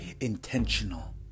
intentional